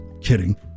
Kidding